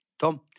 Tom